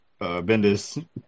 Bendis